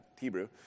Hebrew